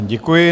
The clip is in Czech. Děkuji.